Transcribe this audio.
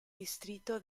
distrito